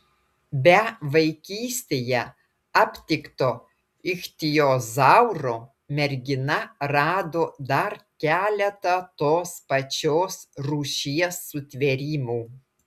be vaikystėje aptikto ichtiozauro mergina rado dar keletą tos pačios rūšies sutvėrimų